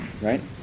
right